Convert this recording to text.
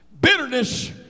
Bitterness